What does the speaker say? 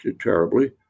terribly